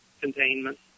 containment